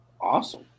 awesome